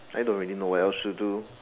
I don't really know what I should do